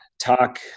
talk